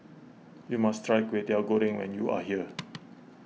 you must try Kwetiau Goreng when you are here